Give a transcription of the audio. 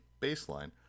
baseline